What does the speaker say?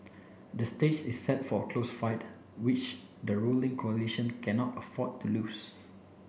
the stage is set for a close fight which the ruling coalition cannot afford to lose